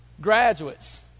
Graduates